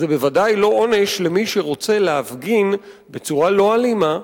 זה בוודאי לא עונש למי שרוצה להפגין בצורה לא אלימה,